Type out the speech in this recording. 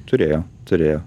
turėjo turėjo